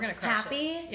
happy